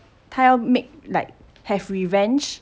他要 make like have revenge